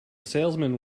salesman